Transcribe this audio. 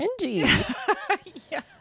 cringy